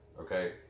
Okay